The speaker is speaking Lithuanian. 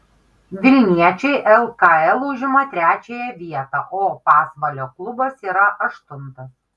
vilniečiai lkl užima trečiąją vietą o pasvalio klubas yra aštuntas